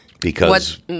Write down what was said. because-